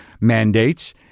mandates